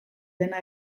dena